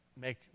make